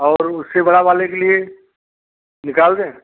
और उससे बड़े वाले के लिए निकाल दें